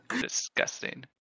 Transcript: Disgusting